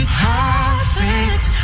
perfect